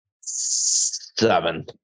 seven